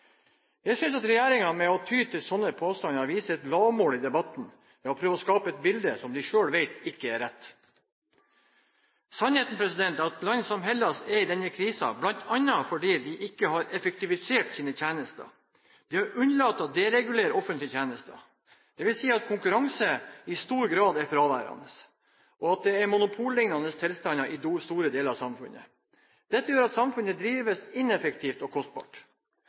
Jeg synes at regjeringspartiene ved å ty til slike påstander viser et lavmål i debatten, ved å prøve å skape et bilde som de selv vet ikke er rett. Sannheten er at land som Hellas er i denne krisen bl.a. fordi de ikke har effektivisert sine tjenester, de har unnlatt å deregulere offentlige tjenester. Det vil si at konkurranse i stor grad er fraværende, og at det er monopolliknende tilstander i store deler av samfunnet. Dette gjør at samfunnet drives ineffektivt og kostbart.